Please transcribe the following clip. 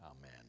Amen